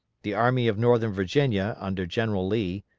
the army of northern virginia under general lee,